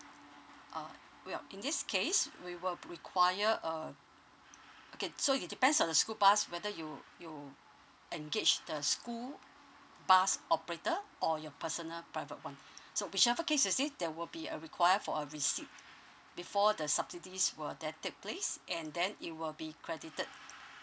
uh well in this case we will require a okay so it depends on the school bus whether you you engage the school bus operator or your personal private one so whichever case is it there will be a require for a receipt before the subsidies will then take place and then it will be credited